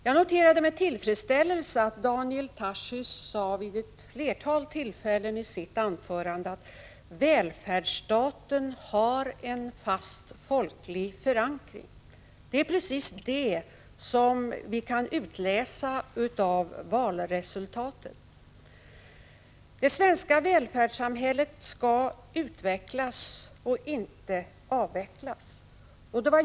Jag noterade med tillfredsställelse att Daniel Tarschys vid ett flertal tillfällen i sitt anförande sade att välfärdsstaten har en fast folklig förankring. Det är precis det som vi kan utläsa av valresultatet. Det svenska välfärdssamhället skall utvecklas — inte avvecklas.